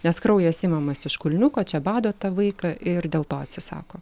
nes kraujas imamas iš kulniuko čia bado tą vaiką ir dėl to atsisako